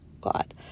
God